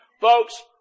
folks